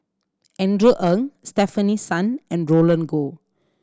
Andrew Ang Stefanie Sun and Roland Goh